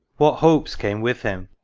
what hopes came with him?